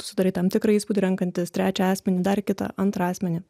sudarai tam tikrą įspūdį renkantis trečią asmenį dar kitą antrą asmenį